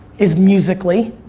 is musically,